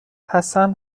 حسن